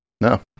No